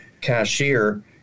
cashier